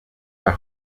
der